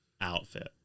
outfit